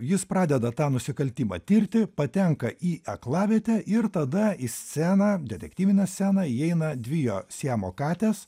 jis pradeda tą nusikaltimą tirti patenka į aklavietę ir tada į sceną detektyvinę sceną įeina dvi jo siamo katės